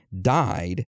died